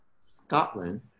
Scotland